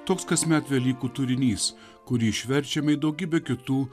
toks kasmet velykų turinys kurį išverčiam į daugybę kitų